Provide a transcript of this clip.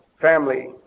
family